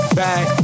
back